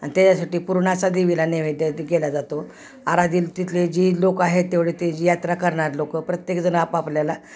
आणि त्याच्यासाठी पुरणाचा देवीला नैवेद्य केला जातो आराधील तिथले जी लोक आहेत तेवढे ते जी यात्रा करणारे लोक प्रत्येकजण आपापल्याला